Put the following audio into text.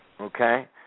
Okay